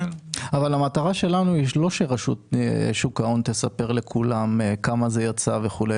המטרה שלנו היא לא שרשות שוק ההון תספר לכולם כמה זה יצא וכולי,